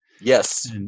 Yes